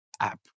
app